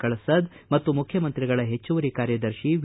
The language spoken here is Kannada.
ಕಳಸದ್ ಮತ್ತು ಮುಖ್ಯಮಂತ್ರಿಗಳ ಹೆಚ್ಚುವರಿ ಕಾರ್ಯದರ್ಶಿ ವಿ